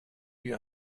wie